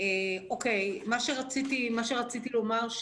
מה שרציתי לומר,